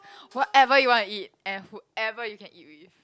whatever you want to eat and whoever you can eat with